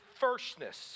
firstness